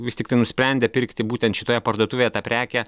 vis tiktai nusprendę pirkti būtent šitoje parduotuvėje tą prekę